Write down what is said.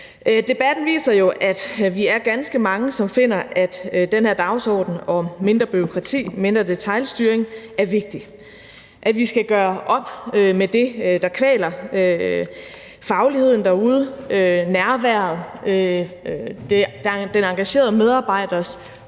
Debatten viser jo, at vi er ganske mange, som finder, at den her dagsorden om mindre bureaukrati og mindre detailstyring er vigtig, og at vi skal gøre op med det, der kvæler fagligheden derude, kvæler nærværet, den engagerede medarbejders